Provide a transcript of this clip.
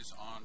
on